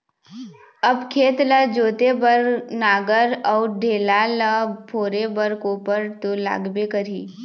अब खेत ल जोते बर नांगर अउ ढेला ल फोरे बर कोपर तो लागबे करही